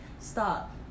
stop